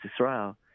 Israel